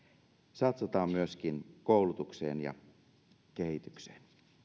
satsataan myöskin koulutukseen ja kehitykseen